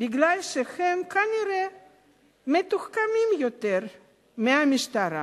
מפני שהם כנראה מתוחכמים יותר מהמשטרה,